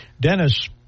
Dennis